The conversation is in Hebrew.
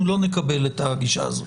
אנחנו לא נקבל את הגישה הזאת.